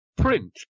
Print